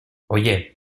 oye